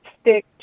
stick